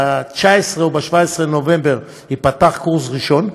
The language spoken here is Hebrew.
ב-19 או ב-17 בנובמבר ייפתח קורס ראשון,